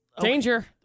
Danger